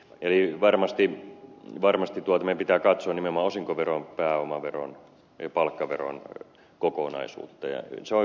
eli varmasti meidän pitää katsoa nimenomaan osinkoveron pääomaveron ja palkkaveron kokonaisuutta ja se on hyvin herkkä